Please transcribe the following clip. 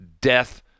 death